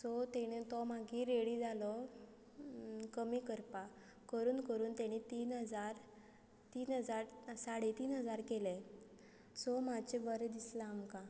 so ताणे तो मागीर रेडी जालो कमी करपाक करून करून ताणी तीन हजार तीन हजार साडे तीन हजार केले सो मातशें बरें दिसलां आमकां